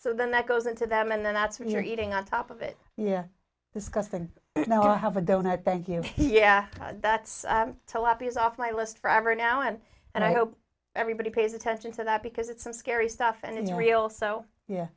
so then that goes into them and then that's what you're eating on top of it yeah discuss the now i have a donut thank you yeah that's a lot because off my list for every now and and i hope everybody pays attention to that because it's some scary stuff and it's real so yeah